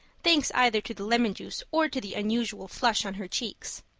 thanks either to the lemon juice or to the unusual flush on her cheeks.